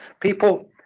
people